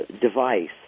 device